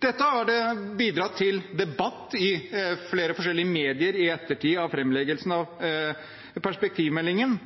Dette har bidratt til debatt i flere forskjellige medier i ettertid av framleggelsen av perspektivmeldingen.